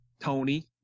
Tony